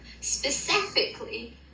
specifically